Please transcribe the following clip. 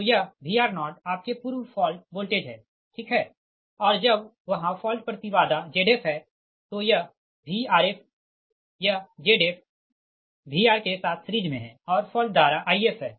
तो यह Vr0 आपके पूर्व फॉल्ट वोल्टेज है ठीक है और जब वहाँ फॉल्ट प्रति बाधा Zf है तो यह Vrf यह Zf Vr के साथ सीरिज़ मे है और फॉल्ट धारा If है